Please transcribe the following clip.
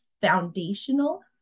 foundational